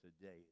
today